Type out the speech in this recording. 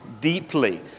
deeply